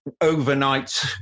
overnight